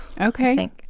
Okay